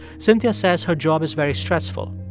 cynthia says her job is very stressful.